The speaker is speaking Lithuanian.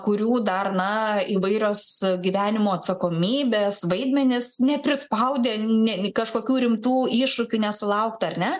kurių dar na įvairios gyvenimo atsakomybės vaidmenys neprispaudė ne nei kažkokių rimtų iššūkių nesulaukta ar ne